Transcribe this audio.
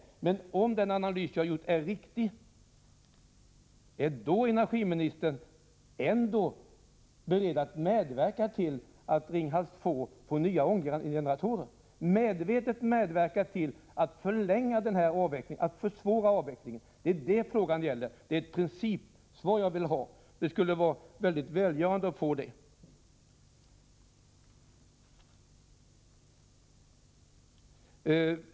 Men om det skulle visa sig att den analys som jag har gjort är riktig, skulle energiministern ändå vara beredd att medverka till att Ringhals 2 får nya ånggeneratorer och därmed medvetet medverka till att förlänga avvecklingen av kärnkraften och att försvåra denna? Vad jag vill ha är ett principsvar på den frågan. Det skulle vara mycket välgörande för debatten.